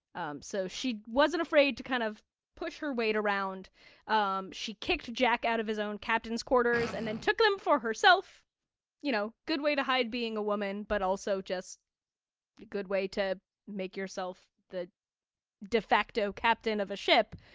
um so she wasn't afraid to kind of push her weight around um she kicked jack out of his own captain's quarters and then took them for herself you know, good way to hide being a woman, but also just a good way to make yourself the de facto captain of a ship,